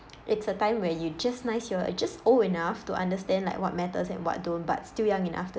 it's a time where you just nice you're just old enough to understand like what matters and what don't but still young enough to